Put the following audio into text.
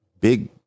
big